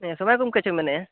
ᱥᱚᱢᱟᱭ ᱜᱚᱢᱠᱮ ᱪᱚᱢ ᱢᱮᱱᱮᱫᱼᱟ